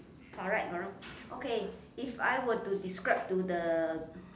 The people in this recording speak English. correct ah okay if I were to describe to the